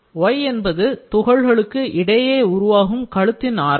y என்பது துகள்களுக்கு இடையே உருவாகும் கழுத்தின் ஆரம்